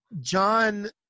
John